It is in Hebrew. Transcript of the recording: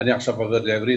אני עכשיו עובר לעברית.